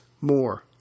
more